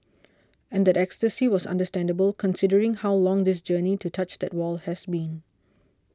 and that ecstasy was understandable considering how long this journey to touch that wall has been